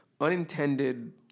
unintended